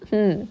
hmm